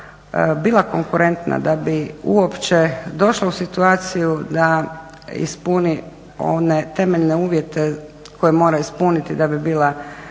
bi uopće, da bi uopće došla u situaciju da ispuni one temeljne uvjete koje mora ispuniti da bi bila